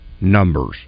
numbers